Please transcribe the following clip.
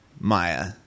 Maya